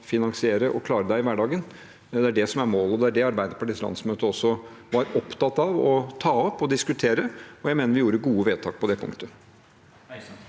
finansiere og klare seg i hverdagen. Det er det som er målet, og det er det Arbeiderpartiets landsmøte også var opptatt av å ta opp og diskutere, og jeg mener vi gjorde gode vedtak på det punktet.